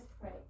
pray